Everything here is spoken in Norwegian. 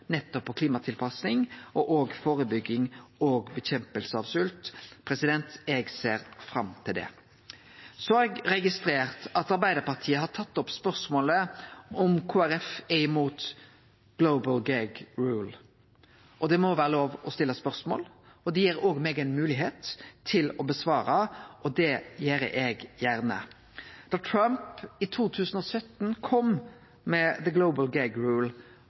nettopp om klimatilpassing, førebygging og kamp mot svolt. Eg ser fram til det. Eg har registrert at Arbeidarpartiet stilte spørsmål om Kristeleg Folkeparti er imot «global gag rule». Det må vere lov å stille spørsmål. Det gir meg òg ei moglegheit til å svare – og det gjer eg gjerne. Da Trump i 2017 kom med «the global